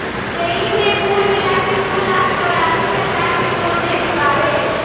एईमे कुल मिलाके दू लाख चौरासी हज़ार के प्रोजेक्ट बावे